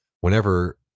whenever